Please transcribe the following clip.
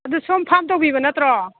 ꯑꯗꯨ ꯁꯣꯝ ꯐꯥꯔꯝ ꯇꯧꯕꯤꯕ ꯅꯠꯇ꯭ꯔꯣ